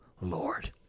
Lord